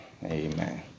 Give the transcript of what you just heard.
Amen